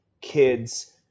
kids